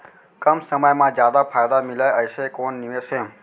कम समय मा जादा फायदा मिलए ऐसे कोन निवेश हे?